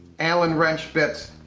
allen wrench bits.